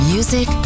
Music